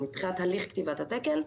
מבחינת הליך כתיבת התקן,